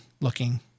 looking